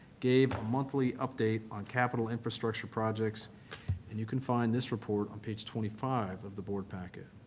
gave a monthly update on capital infrastructure projects and you can find this report on page twenty five of the board packet.